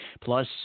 Plus